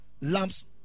lamps